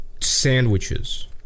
sandwiches